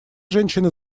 женщины